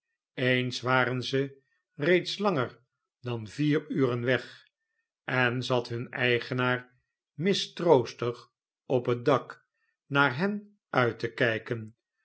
eens waren ze reeds anger dan vier uren weg en zat hun eigenaar mistroostig op het dak naar hen uit te kijken